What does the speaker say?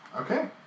Okay